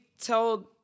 told